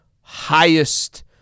highest